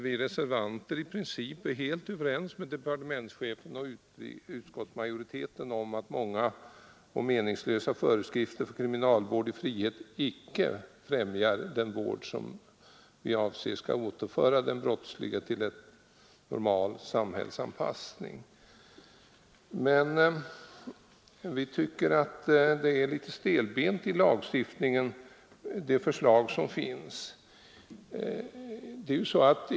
Vi reservanter är i princip helt överens med departementschefen och utskottsmajoriteten om att många och meningslösa föreskrifter för kriminalvård i frihet icke främjar den vård som skall återföra den brottslige till en normal samhällsanpassning. Men vi tycker att det förslag som föreligger är litet stelbent.